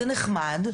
זה נחמד.